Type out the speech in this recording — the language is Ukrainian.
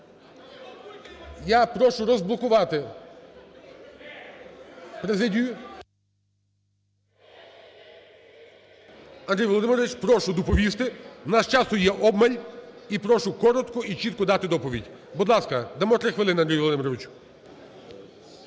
Я прошу розблокувати президію. Андрій Володимирович, прошу доповісти. У нас часу є обмаль. І прошу коротко і чітко дати доповідь. Будь ласка, дамо 3 хвилини Андрію Володимировичу.